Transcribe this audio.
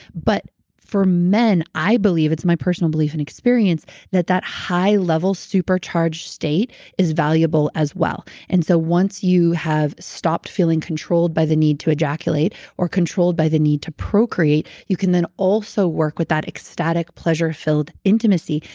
but for men, i believe. it's my personal belief and experience that that high level, supercharged state is valuable as well. and so, once you have stopped feeling controlled by the need to ejaculate or controlled by the need to procreate, you can then also wok with that ecstatic, pleasure-filled intimacy.